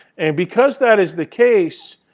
and because that is the case,